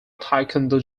taekwondo